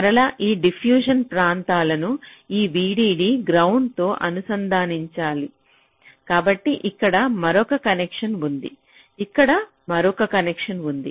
మరలా ఈ డిఫ్యూజన్ ప్రాంతాలను ఈ VDD గ్రౌండ్తో అనుసంధానించాలి కాబట్టి ఇక్కడ మరొక కనెక్షన్ ఉంది ఇక్కడ మరొక కనెక్షన్ ఉంది